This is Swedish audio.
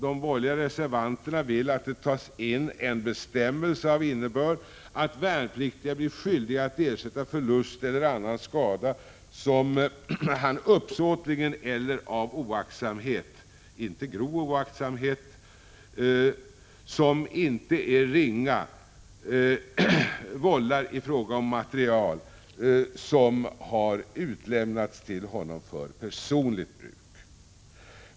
De borgerliga reservanterna vill att det tas in en bestämmelse av innebörd att värnpliktig blir skyldig att ersätta förlust eller annan skada som han, uppsåtligen eller av oaktsamhet som inte är ringa, vållar i fråga om materiel som har utlämnats till honom för personligt bruk.